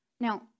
Now